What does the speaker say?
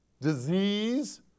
disease